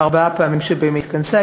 בארבע הפעמים שבהן התכנסה,